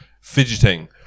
fidgeting